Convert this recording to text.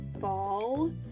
fall